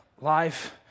life